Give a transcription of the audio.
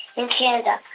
in canada.